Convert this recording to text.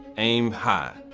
aim high,